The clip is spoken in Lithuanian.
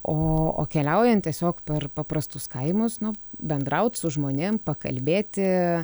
o o keliaujant tiesiog per paprastus kaimus nu bendraut su žmonėm pakalbėti